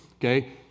okay